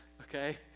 okay